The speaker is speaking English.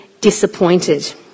disappointed